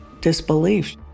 disbelief